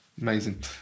Amazing